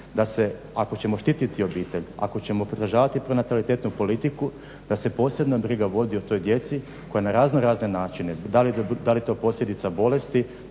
da se ako ćemo štititi obitelj, ako ćemo podržavati tu pronatalitetnu politiku da se posebno briga vodi o toj djeci koja na razno razne načine da li je to posljedica bolesti,